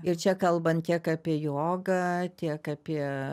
ir čia kalbant tiek apie jogą tiek apie